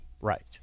Right